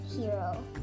hero